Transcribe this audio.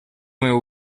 моего